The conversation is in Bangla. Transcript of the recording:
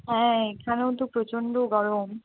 হ্যাঁ এখানেও তো প্রচণ্ড গরম